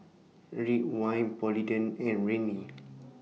Ridwind Polident and Rene